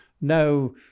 no